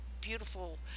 beautiful